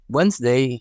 Wednesday